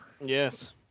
Yes